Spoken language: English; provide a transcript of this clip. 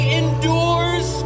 endures